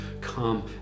Come